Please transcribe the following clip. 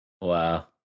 Wow